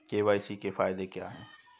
KYC के फायदे क्या है?